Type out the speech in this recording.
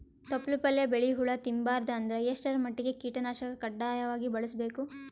ತೊಪ್ಲ ಪಲ್ಯ ಬೆಳಿ ಹುಳ ತಿಂಬಾರದ ಅಂದ್ರ ಎಷ್ಟ ಮಟ್ಟಿಗ ಕೀಟನಾಶಕ ಕಡ್ಡಾಯವಾಗಿ ಬಳಸಬೇಕು?